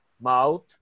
mouth